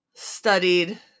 studied